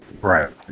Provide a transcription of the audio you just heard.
right